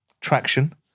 traction